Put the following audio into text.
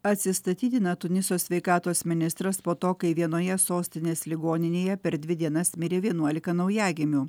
atsistatydina tuniso sveikatos ministras po to kai vienoje sostinės ligoninėje per dvi dienas mirė vienuolika naujagimių